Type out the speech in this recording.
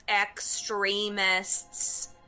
extremists